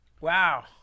Wow